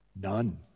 None